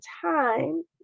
time